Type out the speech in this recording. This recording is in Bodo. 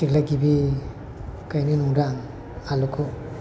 देग्लाय गिबि गायनो नंदां आलुखौ